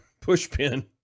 pushpin